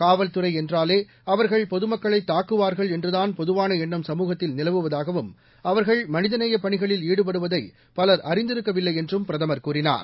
காவல்துறை என்றாலே அவர்கள் பொதுமக்களை தாக்குவார்கள் என்றுதான் பொதுவான எண்ணம் சமூகத்தில் நிலவுவதாகவும் அவர்கள் மனிதநேய பணிகளில் ஈடுபடுவதை பவர் அறிந்திருக்கவில்லை என்றும் பிரதமர் கூறினார்